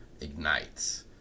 ignites